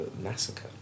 massacre